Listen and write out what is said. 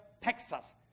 Texas